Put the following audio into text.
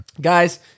Guys